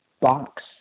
box